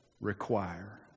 require